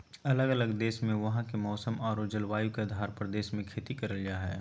अलग अलग देश मे वहां के मौसम आरो जलवायु के आधार पर देश मे खेती करल जा हय